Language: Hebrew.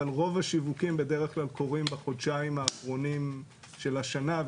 אבל רוב השיווקים בדרך כלל קורים בחודשיים האחרונים של השנה,